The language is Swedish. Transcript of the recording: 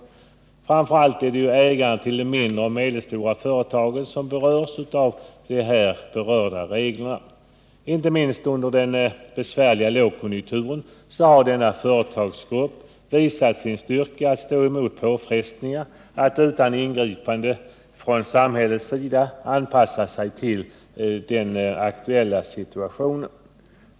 Det är framför allt ägarna till de mindre och medelstora företagen som berörs av de här aktuella reglerna. Inte minst under den besvärliga lågkonjunkturen har denna företagsgrupp visat sin styrka att stå emot påfrestningar och att utan ingripanden från samhället anpassa sig till den aktuella situationen.